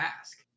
ask